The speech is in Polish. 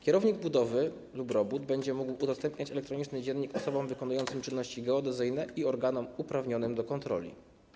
Kierownik budowy lub robót będzie mógł udostępniać elektroniczny dziennik osobom wykonującym czynności geodezyjne i organom uprawnionym do kontroli.